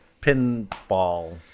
pinball